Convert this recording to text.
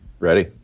Ready